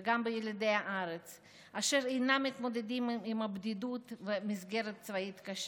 וגם בילידי הארץ אשר אינם מתמודדים עם הבדידות ועם מסגרת צבאית קשה.